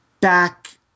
back